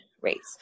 rates